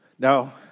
Now